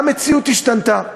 המציאות השתנתה.